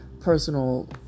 personal